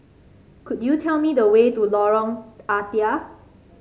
could you tell me the way to Lorong Ah Thia